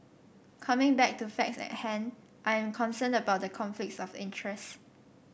coming back to facts at hand I am concerned about the conflicts of interest